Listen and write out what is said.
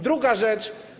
Druga rzecz.